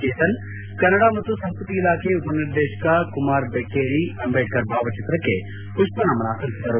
ಜೇತನ್ ಕನ್ನಡ ಮತ್ತು ಸಂಸ್ಟತಿ ಇಲಾಖೆ ಉಪನಿರ್ದೇಶಕ ಕುಮಾರ್ ಬೆಕ್ಕೇರಿ ಅಂಬೇಡ್ಕರ್ ಭಾವ ಚಿತ್ರಕ್ಕೆ ಮಪ್ಪ ನಮನ ಸಲ್ಲಿಸಿದರು